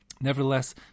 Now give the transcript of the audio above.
Nevertheless